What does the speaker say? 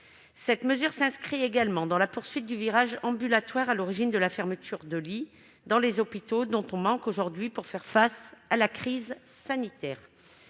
Cette mesure s'inscrit également dans la poursuite du virage ambulatoire, à l'origine de la fermeture, dans les hôpitaux, de lits dont nous manquons aujourd'hui pour faire face à la crise sanitaire.